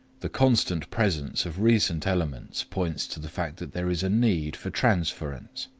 the constant presence of recent elements points to the fact that there is a need for transference.